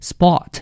Spot